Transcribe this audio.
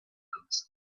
fruits